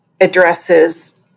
addresses